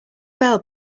bell